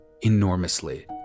enormously